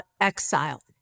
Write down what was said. exile